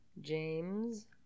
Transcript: James